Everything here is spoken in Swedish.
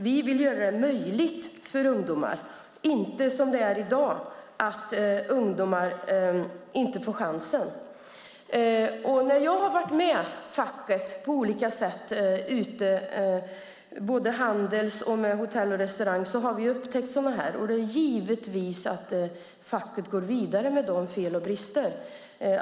Vi vill göra det möjligt för ungdomar - till skillnad från i dag, då de inte får chansen. Jag har på olika sätt varit med facket ute på arbetsplatser - både Handels och Hotell och restaurangfacket - har vi upptäckt fel och brister, och facket ska givetvis gå vidare med dessa ärenden.